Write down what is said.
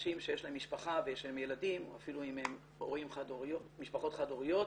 בנשים שיש להן משפחה ויש להן ילדים או אפילו אם הן משפחות חד הוריות,